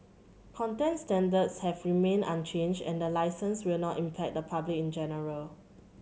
content standards have remained unchanged and the licence will not impact the public in general